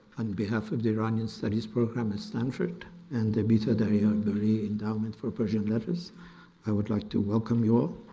on behalf of the iranian studies program at stanford and the bita daryabari endowment for persian letters i would like to welcome you all.